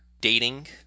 dating